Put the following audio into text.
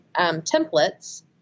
templates